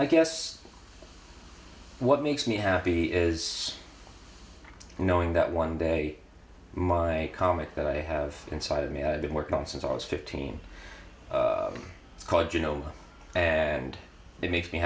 i guess what makes me happy is knowing that one day my comic that i have inside of me i've been working on since i was fifteen it's called you know and it makes me